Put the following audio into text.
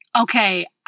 okay